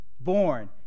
Born